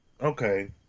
Okay